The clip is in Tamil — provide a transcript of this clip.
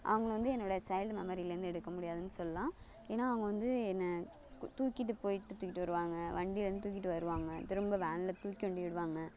அவங்க வந்து என்னோடய சைல்டு மெமரிலேருந்து எடுக்க முடியாதுன்னு சொல்லலாம் ஏன்னால் அவங்க வந்து என்னை தூக்கிட்டு போயிட்டு தூக்கிட்டு வருவாங்க வண்டியிலேருந்து தூக்கிட்டு வருவாங்க திரும்ப வேனில் தூக்கி கொண்டு விடுவாங்க